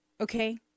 okay